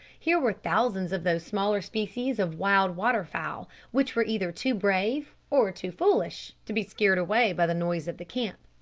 here were thousands of those smaller species of wild water-fowl which were either too brave or too foolish to be scared away by the noise of the camp.